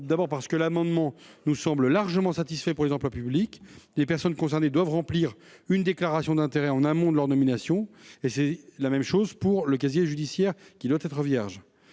D'abord, parce que l'amendement nous semble largement satisfait pour les emplois publics : les personnes concernées doivent remplir une déclaration d'intérêts en amont de leur nomination. Il en va de même pour le casier judiciaire qui doit être vierge.